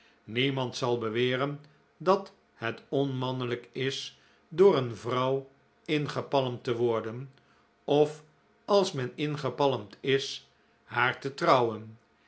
niemand zal beweren dat het onmannelijk is door een vrouw ingepalmd te worden of als men ingepalmd is haar te trouwen